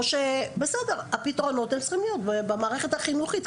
או שבסדר הפתרונות הם צריכים להיות במערכת החינוכית,